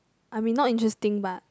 I mean not interesting but